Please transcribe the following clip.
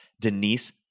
Denise